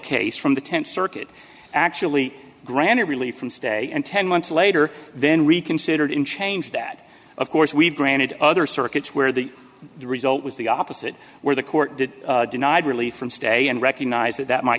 case from the th circuit actually granted relief from today and ten months later then reconsidered in change that of course we've granted other circuits where the result was the opposite where the court did denied relief from stay and recognize that that might